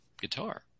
guitar